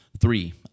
three